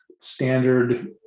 standard